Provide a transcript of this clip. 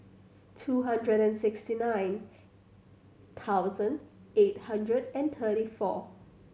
two hundred and sixty nine thousand eight hundred and thirty four